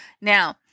Now